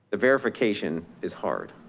verification is hard.